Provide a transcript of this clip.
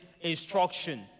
instruction